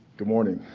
good morning.